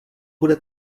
bude